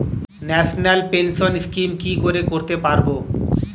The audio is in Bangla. ন্যাশনাল পেনশন স্কিম কি করে করতে পারব?